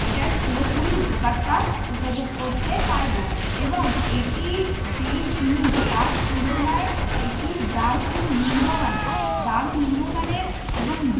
এটার পুরোপুরি উপকারটা উপভোগ করতে পারবো এবং এটি যেই জিনিস তার তুলনায় এটির দাম খুব নিম্নমানের দাম নিম্নমানের এবং